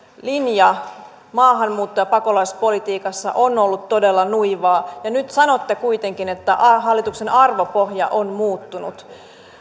linja maahanmuutto ja pakolaispolitiikassa on ollut todella nuivaa ja nyt sanotte kuitenkin että hallituksen arvopohja on muuttunut